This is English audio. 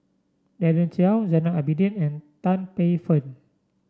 Daren Shiau Zainal Abidin and Tan Paey Fern